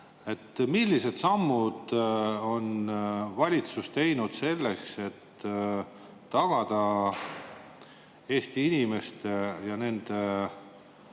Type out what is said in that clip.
Millised sammud on valitsus teinud selleks, et tagada Eesti inimeste ja nende